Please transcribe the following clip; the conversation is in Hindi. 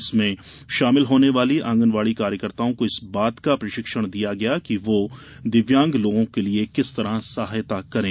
इसमें शामिल होने वाली आंगनवाड़ी कार्यकर्ताओं को इस बात का प्रशिक्षण दिया गया कि वह दिव्यांग लोगों के लिये किस तरह सहायता करें